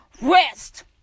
rest